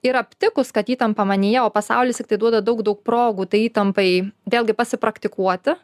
ir aptikus kad įtampa manyje o pasaulis tiktai duoda daug daug progų tai įtampai vėlgi pasipraktikuoti